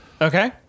okay